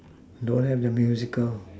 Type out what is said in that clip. don't have the musical